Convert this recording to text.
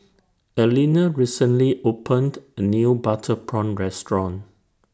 Alena recently opened A New Butter Prawn Restaurant